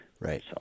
Right